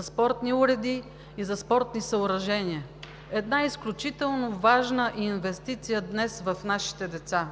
за спортни уреди и за спортни съоръжения – една изключително важна инвестиция в нашите деца.